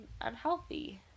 unhealthy